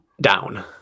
Down